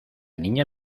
niña